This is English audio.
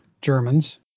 Germans